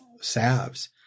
salves